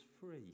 free